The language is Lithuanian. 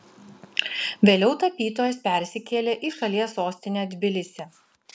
vėliau tapytojas persikėlė į šalies sostinę tbilisį